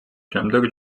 შემდეგ